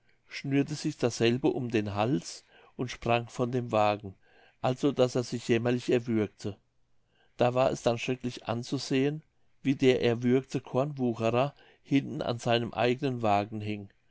schnürte sich dasselbe um den hals und sprang von dem wagen also daß er sich jämmerlich erwürgte da war es denn schrecklich anzusehen wie der erwürgte kornwucherer hinten an seinem eigenen wagen hing